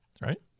right